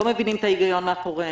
לא מבינים את ההיגיון מאחוריהן.